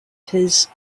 his